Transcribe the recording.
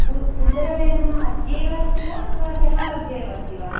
उ उदरवेदना अद्यैव अस्ति वा अथवा ह्यः आरभ्य एव अस्ति वा